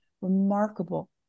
remarkable